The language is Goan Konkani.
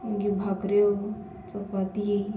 मागीर भाकऱ्यो चपाती